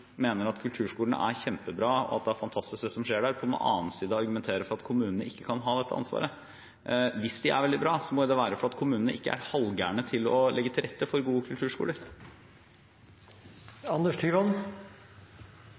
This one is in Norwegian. mener at kulturskolen er kjempebra, og at det er fantastisk, det som skjer der, og på den annen side argumenterer for at kommunene ikke kan ha dette ansvaret. Hvis det er veldig bra, må det jo være fordi kommunene ikke er halvgærne til å legge til rette for gode